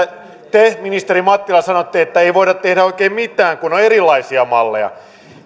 te ministeri mattila sanotte että ei voida tehdä oikein mitään kun on erilaisia malleja nyt kysymys